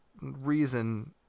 reason